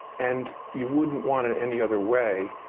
and you wouldn't want it any other way,